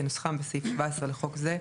כנוסחם בסעיף 17 לחוק זה,